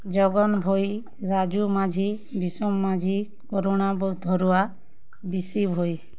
Jagan Bhoi Raju Majhi Bisam Majhi Rana Bardharua Bishi Bhoi